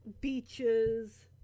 beaches